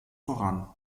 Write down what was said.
voran